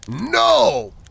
no